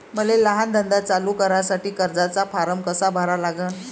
मले लहान धंदा चालू करासाठी कर्जाचा फारम कसा भरा लागन?